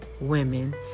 women